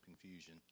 confusion